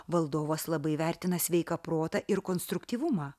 valdovas labai vertina sveiką protą ir konstruktyvumą